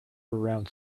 around